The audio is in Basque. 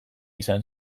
izan